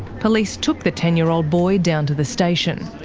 police took the ten year old boy down to the station.